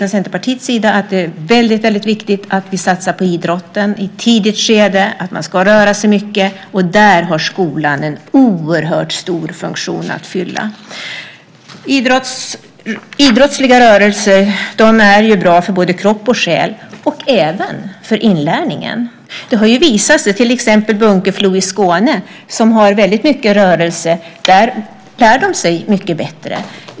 Vi i Centerpartiet säger att det är viktigt att vi satsar på idrotten i ett tidigt skede, att man ska röra sig mycket. Där har skolan en oerhört stor funktion att fylla. Idrott är bra för både kropp och själ och även för inlärningen. I till exempel Bunkeflo i Skåne har man mycket rörelse i skolan, och där lär de sig mycket bättre.